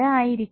ആയിരിക്കും